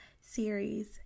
series